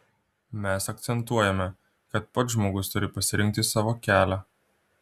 mes akcentuojame kad pats žmogus turi pasirinkti savo kelią